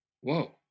Whoa